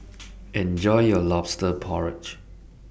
Enjoy your Lobster Porridge